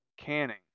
Canning